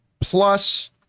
plus